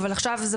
אבל עכשיו,